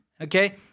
Okay